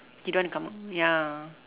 he don't want to come out ya